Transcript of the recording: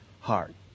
heart